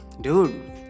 dude